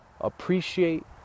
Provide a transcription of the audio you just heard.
appreciate